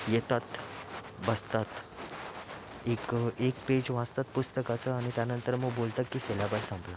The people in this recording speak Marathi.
येतात बसतात एक एक पेज वाचतात पुस्तकाचं आणि त्यानंतर मग बोलतात की सिलॅबस संपला